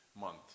month